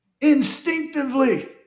Instinctively